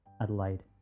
Adelaide